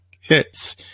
hits